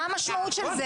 מה המשמעות של זה?